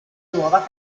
nuova